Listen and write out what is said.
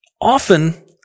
Often